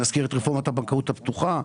נזכיר את רפורמת הבנקאות הפתוחה,